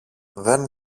δεν